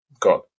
got